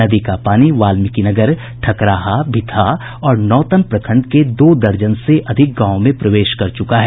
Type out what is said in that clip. नदी का पानी वाल्मीकी नगर ठकराहा भितहा और नौतन प्रखंड के दो दर्जन से अधिक गांवों में प्रवेश कर चुका है